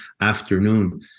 afternoon